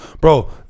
bro